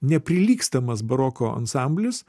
neprilygstamas baroko ansamblis